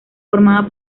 formada